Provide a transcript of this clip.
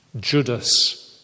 Judas